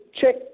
check